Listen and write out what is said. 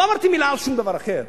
לא אמרתי מלה על שום דבר אחר.